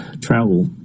travel